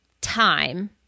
time